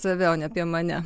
save o ne apie mane